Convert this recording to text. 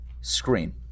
screen